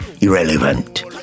irrelevant